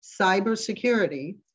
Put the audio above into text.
cybersecurity